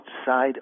outside